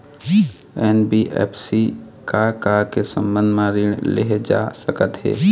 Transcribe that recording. NBFC से का का के संबंध म ऋण लेहे जा सकत हे?